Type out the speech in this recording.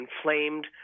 inflamed